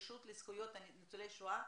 הרשות לזכויות ניצולי השואה,